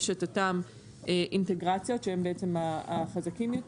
יש את אותם אינטגרציות שהם בעצם החזקים יותר,